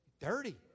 Dirty